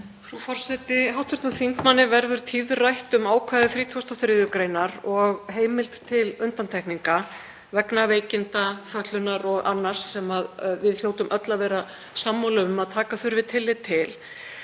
Frú forseti. Hv. þingmanni verður tíðrætt um ákvæði 33. gr. og heimild til undantekninga vegna veikinda, fötlunar og annars sem við hljótum öll að vera sammála um að taka þurfi tillit til.